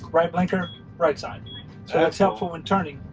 right blinker right side. so that's helpful when turning.